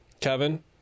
kevin